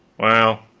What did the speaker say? well,